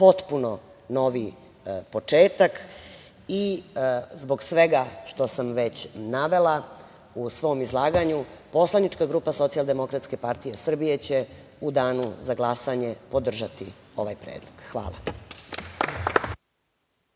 potpuno novi početak i zbog svega što sam već navela u svom izlaganju, poslanička grupa Socijaldemokratske partije Srbije će u danu za glasanje podržati ovaj predlog. Hvala.